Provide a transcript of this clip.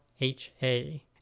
HA